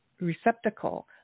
receptacle